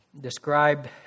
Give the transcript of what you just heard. describe